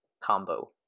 combo